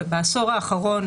בעשור האחרון,